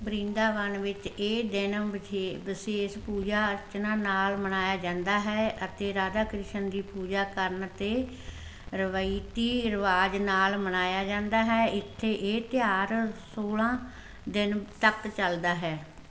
ਵਰਿੰਦਾਵਨ ਵਿੱਚ ਇਹ ਦਿਨ ਵਿਸੇ ਵਿਸ਼ੇਸ਼ ਪੂਜਾ ਅਰਚਨਾ ਨਾਲ ਮਨਾਇਆ ਜਾਂਦਾ ਹੈ ਅਤੇ ਰਾਧਾ ਕ੍ਰਿਸ਼ਨ ਦੀ ਪੂਜਾ ਕਰਨ ਅਤੇ ਰਵਾਇਤੀ ਰਿਵਾਜ਼ ਨਾਲ ਮਨਾਇਆ ਜਾਂਦਾ ਹੈ ਇੱਥੇ ਇਹ ਤਿਉਹਾਰ ਸੋਲ੍ਹਾਂ ਦਿਨਾਂ ਤੱਕ ਚੱਲਦਾ ਹੈ